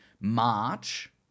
March